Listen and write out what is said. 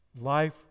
life